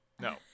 No